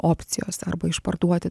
opcijos arba išparduoti